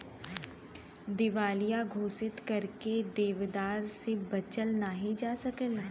दिवालिया घोषित करके देनदार से बचल नाहीं जा सकला